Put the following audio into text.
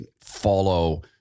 follow